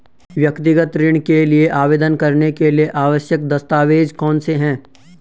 व्यक्तिगत ऋण के लिए आवेदन करने के लिए आवश्यक दस्तावेज़ कौनसे हैं?